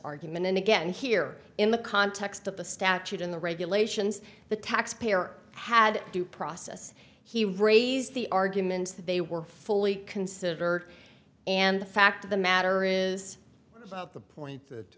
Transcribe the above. argument and again here in the context of the statute in the regulations the taxpayer had due process he raised the arguments that they were fully considered and the fact of the matter is the point that